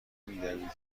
میدویدی